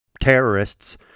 terrorists